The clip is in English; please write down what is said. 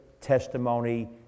testimony